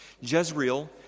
Jezreel